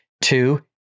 Two